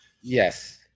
Yes